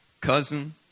cousin